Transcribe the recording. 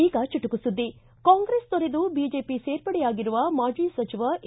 ಈಗ ಚುಟುಕು ಸುದ್ಗಿ ಕಾಂಗ್ರೆಸ್ ತೊರೆದು ಬಿಜೆಪಿ ಸೇರ್ಪಡೆಯಾಗಿರುವ ಮಾಜಿ ಸಚಿವ ಎ